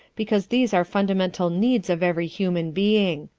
because these are fundamental needs of every human being.